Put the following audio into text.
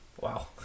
Wow